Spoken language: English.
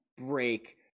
break